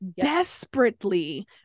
desperately